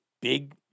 big